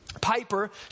Piper